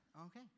Okay